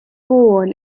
born